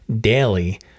daily